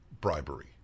bribery